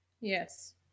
Yes